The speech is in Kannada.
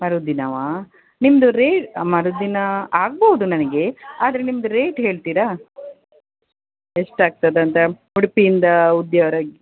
ಮರುದಿನವಾ ನಿಮ್ದು ರೇರ್ ಮರುದಿನ ಆಗ್ಬೋದು ನನಗೆ ಆದರೆ ನಿಮ್ದು ರೇಟ್ ಹೇಳ್ತೀರ ಎಷ್ಟು ಆಗ್ತದಂತ ಉಡುಪಿಯಿಂದ ಉದಯಾವರಕ್ಕೆ